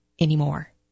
anymore